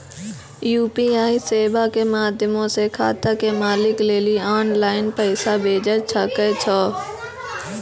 UPI सेबा के माध्यमो से खाता के मालिक लेली आनलाइन पैसा भेजै सकै छो